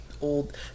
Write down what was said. Old